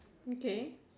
okay